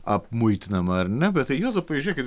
apmuitinama ar ne bet tai juozapai žiūrėkit